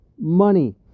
money